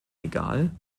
egal